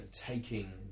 taking